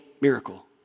miracle